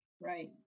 right